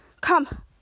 Come